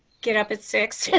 get up at six?